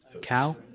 Cow